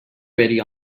ready